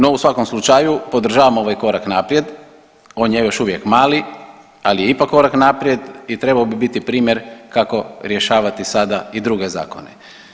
No u svakom slučaju podržavamo ovaj korak naprijed, on je još uvijek mali, ali je ipak korak naprijed i trebao bi biti primjer kako rješavati sada i druge zakone.